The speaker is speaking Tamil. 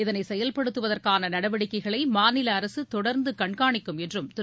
இதனை செயல்படுத்துவதற்கான நடவடிக்கைகளை மாநில அரசு தொடர்ந்து கண்காணிக்கும் என்றும் திரு